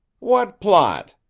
what plot?